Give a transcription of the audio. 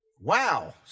Wow